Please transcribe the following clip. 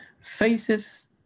faces